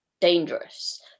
dangerous